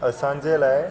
असांजे लाइ